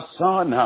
son